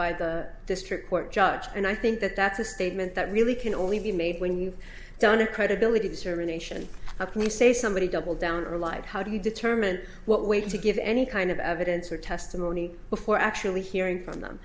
by the district court judge and i think that that's a statement that really can only be made when we've done a credibility to serve a nation how can you say somebody double down or lied how do you determine what weight to give any kind of evidence or testimony before actually hearing from them